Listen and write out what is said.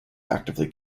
actively